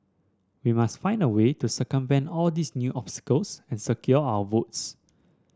we must find a way to circumvent all these new obstacles and secure our votes